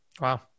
Wow